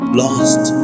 lost